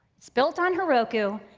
it's built on heroku,